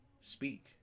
speak